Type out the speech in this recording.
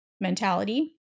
mentality